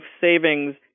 savings